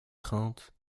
crainte